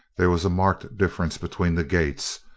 there was a marked difference between the gaits.